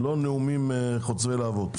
רועי כהן.